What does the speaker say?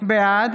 בעד